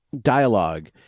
dialogue